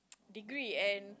degree and